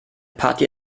party